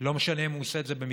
לא משנה אם הוא עושה את זה במקלט,